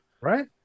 Right